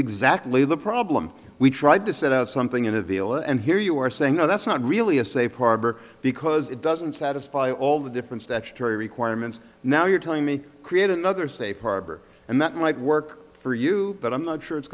exactly the problem we tried to set out something in a vehicle and here you are saying no that's not really a safe harbor because it doesn't satisfy all the difference that terry requirements now you're telling me create another safe harbor and that might work for you but i'm not sure it's